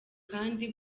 kandi